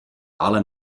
ale